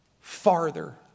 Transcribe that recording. farther